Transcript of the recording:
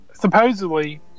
Supposedly